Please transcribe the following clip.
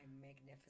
magnificent